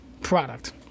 product